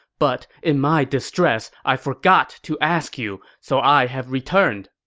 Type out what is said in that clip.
but in my distress, i forgot to ask you, so i have returned.